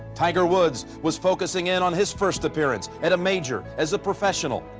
tiger woods was focusing in on his first appearance at a major as a professional.